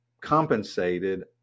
compensated